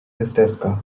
risteska